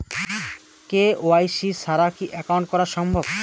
KYC ছাড়া কি account করা সম্ভব?